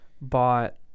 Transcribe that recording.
bought